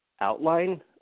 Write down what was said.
outline